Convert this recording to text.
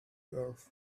earth